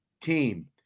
team